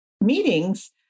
meetings